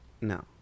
No